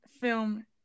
film